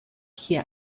hear